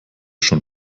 schon